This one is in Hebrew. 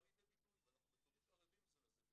באה לידי ביטוי, ואנחנו בפירוש ערבים זה לזה.